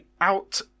out